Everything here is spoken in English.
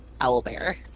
owlbear